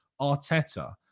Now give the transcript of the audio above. Arteta